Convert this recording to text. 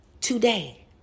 today